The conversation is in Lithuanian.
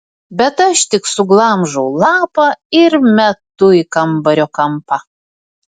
bet aš tik suglamžau lapą ir metu į kambario kampą